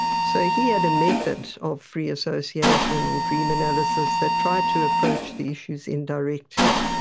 so he had a method of free association or dream analysis that tried to approach the issues indirectly,